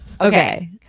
Okay